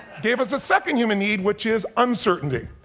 gave us a second human need which is uncertainty.